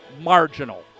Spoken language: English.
marginal